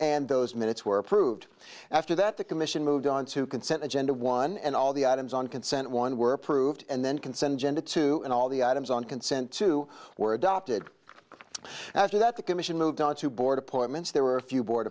and those minutes were approved after that the commission moved onto consent agenda one and all the items on consent one were approved and then consented genda two and all the items on consent to were adopted after that the commission moved on to board appointments there were a few board